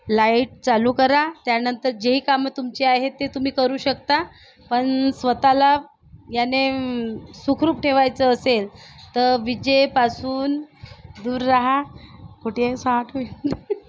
light चालू करा त्यानंतर जे काम तुमचे आहे ते तुम्ही करू शकता पण स्वतःला याने सुखरूप ठेवायचं असेल तर विजेपासून दूर राहा कुठेही साठ